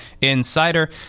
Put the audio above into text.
Insider